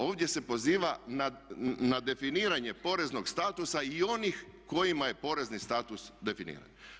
Ovdje se poziva na definiranje poreznog statusa i onih kojima je porezni status definiran.